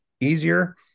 easier